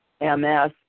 MS